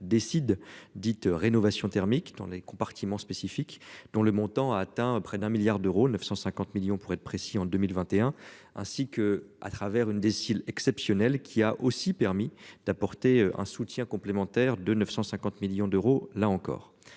décide dites rénovation thermique dans les compartiments spécifique dont le montant a atteint près d'un milliard d'euros, 950 millions pour être précis. En 2021, ainsi que à travers une déciles exceptionnelle qui a aussi permis d'apporter un soutien complémentaire de 950 millions d'euros, là encore